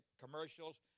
commercials